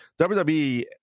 WWE